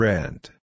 Rent